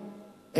ידע,